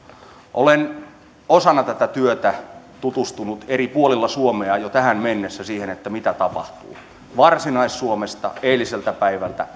olen osana tätä työtä tutustunut eri puolilla suomea jo tähän mennessä siihen mitä tapahtuu varsinais suomesta eiliseltä päivältä